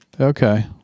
Okay